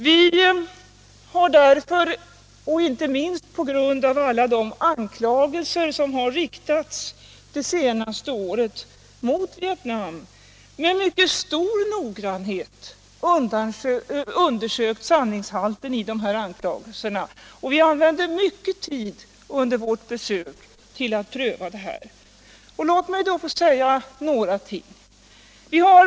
Vi har därför — inte minst på grund av alla de anklagelser som har riktats mot Vietnam det senaste året — med mycket stor noggrannhet undersökt sanningshalten i anklagelserna, och vi använde mycken tid under vårt besök till att pröva den. Låt mig få nämna några ting!